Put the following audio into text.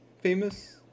famous